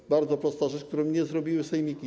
To bardzo prosta rzecz, której nie zrobiły sejmiki.